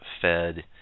fed